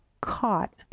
caught